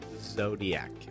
zodiac